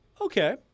okay